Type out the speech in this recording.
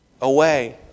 away